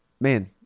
man